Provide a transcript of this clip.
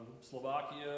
Slovakia